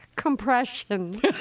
Compression